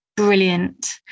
Brilliant